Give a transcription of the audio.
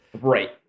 Right